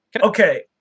okay